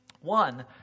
One